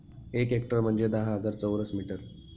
एक हेक्टर म्हणजे दहा हजार चौरस मीटर